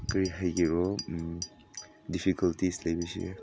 ꯀꯔꯤ ꯍꯥꯏꯒꯦꯔꯣ ꯗꯤꯐꯤꯀꯜꯇꯤꯖ ꯂꯩꯕꯁꯦ